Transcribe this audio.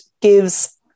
gives